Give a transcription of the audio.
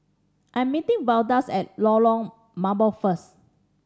I am meeting Veldas at Lorong Mambong first